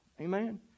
Amen